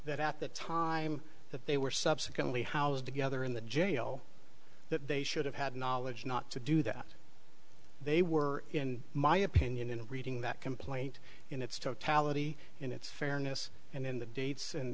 that at the time that they were subsequently housed together in the jail that they should have had knowledge not to do that they were in my opinion in reading that complaint in its totality in its fairness and in the dates and